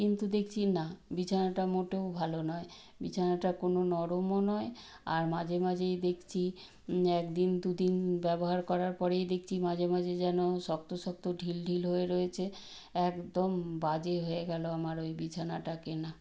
কিন্তু দেখছি না বিছানাটা মোটেও ভালো নয় বিছানাটা কোনো নরমও নয় আর মাঝে মাঝেই দেখছি এক দিন দু দিন ব্যবহার করার পরেই দেখছি মাঝে মাঝে যেন শক্ত শক্ত ঢিলঢিল হয়ে রয়েছে একদম বাজে হয়ে গেলো আমার ওই বিছানাটা কেনা